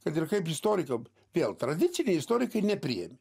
kad ir kaip istorikam vėl tradiciniai istorikai nepriėmė